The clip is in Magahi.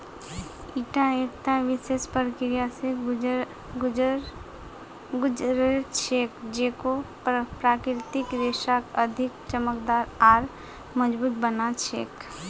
ईटा एकता विशेष प्रक्रिया स गुज र छेक जेको प्राकृतिक रेशाक अधिक चमकदार आर मजबूत बना छेक